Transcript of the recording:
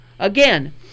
Again